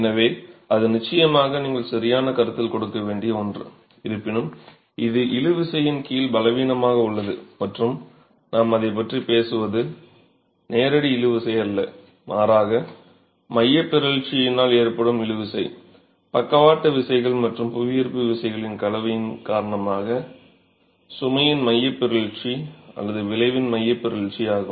எனவே அது நிச்சயமாக நீங்கள் சரியான கருத்தில் கொடுக்க வேண்டிய ஒன்று இருப்பினும் இது இழு விசையின் கீழ் பலவீனமாக உள்ளது மற்றும் நாம் அதைப் பற்றி பேசுவது நேரடி இழு விசை அல்ல மாறாக மைய பிறழ்ச்சியினால் ஏற்படும் இழு விசை பக்கவாட்டு விசைகள் மற்றும் புவியீர்ப்பு விசைகளின் கலவையின் காரணமாக சுமையின் மைய பிறழ்ச்சி அல்லது விளைவின் மைய பிறழ்ச்சி ஆகும்